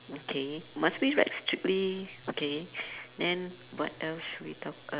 okay must we like strictly okay then what else we talk uh